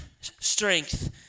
strength